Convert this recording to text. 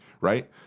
right